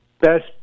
best